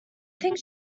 think